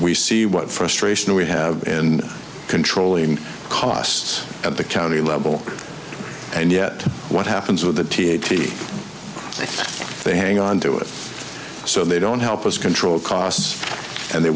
we see what frustration we have in controlling costs at the county level and yet what happens with the t t if they hang on to it so they don't help us control costs and they